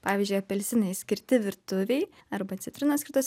pavyzdžiui apelsinai skirti virtuvei arba citrinos skirtos